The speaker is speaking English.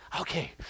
okay